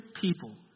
people